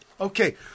Okay